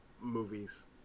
movies